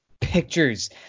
pictures